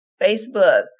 Facebook